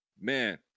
man